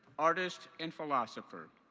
artist, and philosopher.